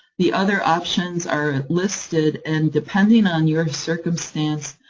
the other options are listed, and depending on your circumstance,